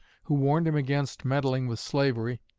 who warned him against meddling with slavery,